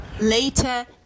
later